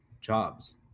jobs